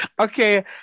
Okay